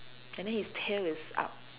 I mean his tail is out